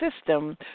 system